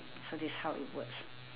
so this how it works